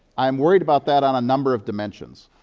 i'm worried about that on a number of dimensions.